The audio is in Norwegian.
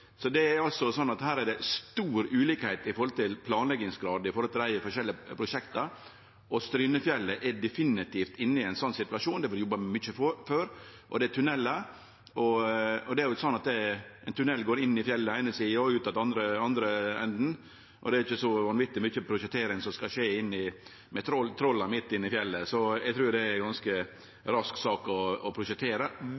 her er det stor ulikskap med tanke på planleggingsgrad i dei forskjellige prosjekta. Strynefjellet er definitivt inne i ein sånn situasjon, det har vore jobba mykje for, og det er tunnelar. Det er sånn at ein tunnel går inn i fjellet på den eine sida og ut att på den andre, og det er ikkje så veldig mykje prosjektering som skal skje med trolla midt inne i fjellet, så eg trur det er ei